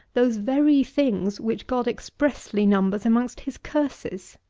those very things, which god expressly numbers amongst his curses?